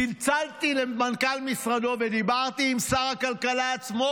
צלצלתי למנכ"ל משרדו ודיברתי עם שר הכלכלה עצמו,